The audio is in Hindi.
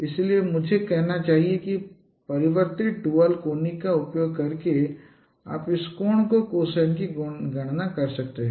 इसलिए मुझे यह कहना चाहिए कि परिवर्तित ड्यूल कोनिक का उपयोग करके आप इस कोण के कोसाइन की गणना कर सकते हैं